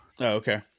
okay